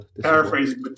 Paraphrasing